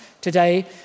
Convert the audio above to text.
today